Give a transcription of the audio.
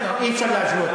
לא, אי-אפשר להשוות.